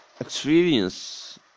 experience